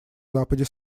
западе